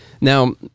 Now